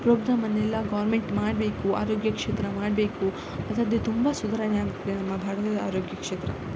ಪ್ರೋಗ್ರಾಮನ್ನೆಲ್ಲ government ಮಾಡಬೇಕು ಆರೋಗ್ಯ ಕ್ಷೇತ್ರ ಮಾಡಬೇಕು ಅದಾದರೆ ತುಂಬ ಸುಧಾರಣೆ ಆಗುತ್ತೆ ನಮ್ಮ ಭಾರತದ ಆರೋಗ್ಯ ಕ್ಷೇತ್ರ